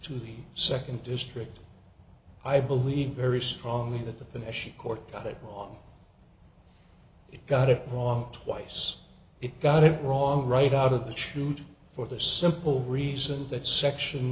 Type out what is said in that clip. to the second district i believe very strongly that the finnish court got it wrong it got it wrong twice it got it wrong right out of the chute for the simple reason that section